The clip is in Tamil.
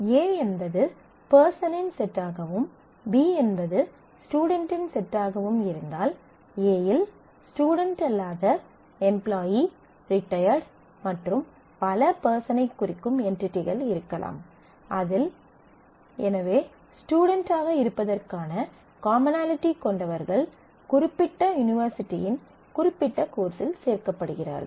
A என்பது பெர்சனின் செட்டாகவும் B என்பது ஸ்டுடென்ட்டின் செட்டாகவும் இருந்தால் A இல் ஸ்டுடென்ட் அல்லாத எம்ப்லாயீ ரிட்டையர்டு மற்றும் பல பெர்சனைக் குறிக்கும் என்டிடிகள் இருக்கலாம் அதில் எனவே ஸ்டுடென்ட்டாக இருப்பதற்கான காமனாலிட்டி கொண்டவர்கள் குறிப்பிட்ட யூனிவர்சிட்டியின் குறிப்பிட்ட கோர்ஸில் சேர்க்கப்படுகிறார்கள்